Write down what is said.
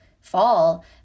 fall